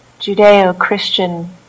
Judeo-Christian